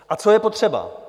A co je potřeba?